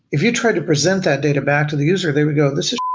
if you try to present that data back to the user they would go, this is